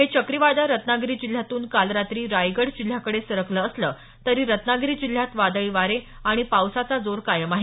हे चक्रीवादळ रत्नागिरी जिल्ह्यातून काल रात्री रायगड जिल्ह्याकडे सरकल असलं तरी रत्नागिरी जिल्ह्यात वादळी वारे आणि पावसाचा जोर कायम आहे